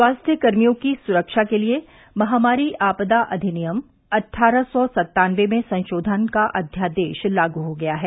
स्वास्थ्यकर्मियों की सुरक्षा के लिए महामारी आपदा अधिनियम अट्ठारह सौ सत्तानबे में संशोधन का अध्यादेश लागू हो गया है